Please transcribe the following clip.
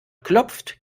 klopft